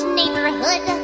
neighborhood